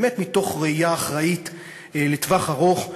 באמת מתוך ראייה אחראית לטווח ארוך,